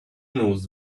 knows